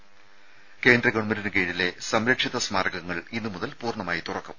ത കേന്ദ്ര ഗവൺമെന്റിന് കീഴിലെ സംരക്ഷിത സ്മാരകങ്ങൾ ഇന്നുമുതൽ പൂർണ്ണമായി തുറക്കും